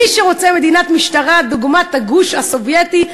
מי שרוצה מדינת משטרה דוגמת הגוש הסובייטי,